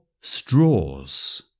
straws